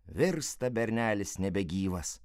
virsta bernelis nebegyvas